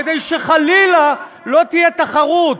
כדי שחלילה לא תהיה תחרות.